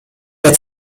der